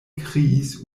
kriis